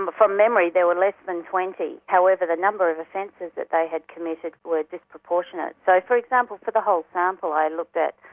um from memory, there were less than twenty. however the number of offences that they had committed were disproportionate. so, for example, for the whole sample i looked at,